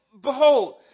Behold